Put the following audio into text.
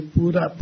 Pura